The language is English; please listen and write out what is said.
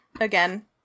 again